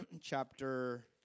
Chapter